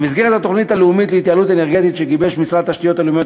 במסגרת התוכנית הלאומית להתייעלות אנרגטית שגיבש משרד התשתיות הלאומיות,